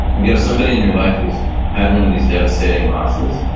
if you have somebody in your life who's had one of these devastating losses,